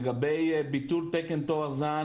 לגבי ביטול תקן "טוהר זן"